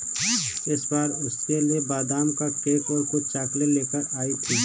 इस बार वह उसके लिए बादाम का केक और कुछ चॉकलेट लेकर आई थी